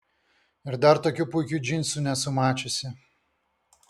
ir dar tokių puikių džinsų nesu mačiusi